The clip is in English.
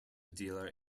dealer